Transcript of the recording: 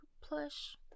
plush